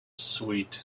sweet